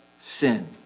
sin